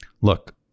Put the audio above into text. look